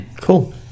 cool